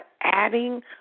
adding